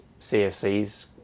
CFCs